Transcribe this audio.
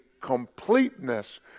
completeness